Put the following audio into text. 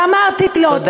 ואמרתי לו: תודה.